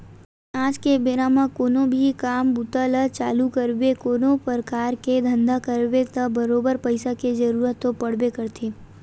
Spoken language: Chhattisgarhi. आज के बेरा म कोनो भी काम बूता ल चालू करबे कोनो परकार के धंधा करबे त बरोबर पइसा के जरुरत तो पड़बे करथे